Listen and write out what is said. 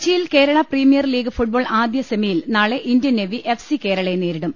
കൊച്ചിയിൽ Kerala premier league football ആദ്യ semi യിൽ നാളെ ഇന്ത്യൻ നേവി എഫ്സി കേരളയെ നേരിടും